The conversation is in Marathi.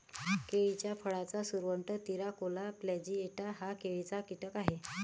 केळीच्या फळाचा सुरवंट, तिराकोला प्लॅजिएटा हा केळीचा कीटक आहे